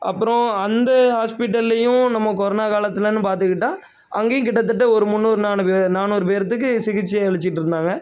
அப்புறோம் அந்த ஹாஸ்பிட்டல்லையும் நமக்கு கொரோனா காலத்திலனு பார்த்துக்கிட்டா அங்கையும் கிட்டத்தட்ட ஒரு முந்நூறு நானூ பே நானூறு பேர்த்துக்கு சிகிச்சை அளிச்சிகிட்ருந்தாங்க